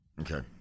Okay